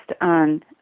on